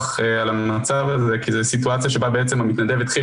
על העניין הזה כי זו סיטואציה שבה בעצם המתנדב התחיל